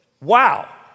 Wow